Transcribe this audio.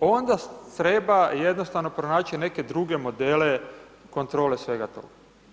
onda treba jednostavno pronaći neke druge modele kontrole svega toga.